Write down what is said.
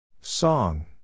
Song